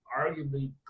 Arguably